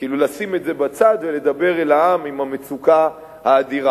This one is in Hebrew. כאילו לשים את זה בצד ולדבר אל העם על המצוקה האדירה,